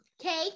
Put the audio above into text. cake